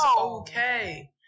okay